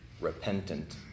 repentant